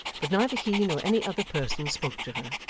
but neither he nor any other person spoke to her,